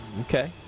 Okay